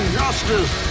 justice